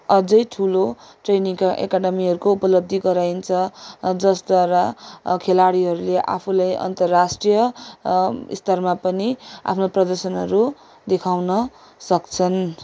अझै ठुलो ट्रेनिङका एकाडेमीहरूको उपलब्धि गराइन्छ जसद्वारा खेलाडीहरूले आफूलाई अन्तर्राष्ट्रिय स्तरमा पनि आफ्नो प्रदर्शनहरू देखाउन सक्छन्